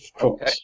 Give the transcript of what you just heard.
Okay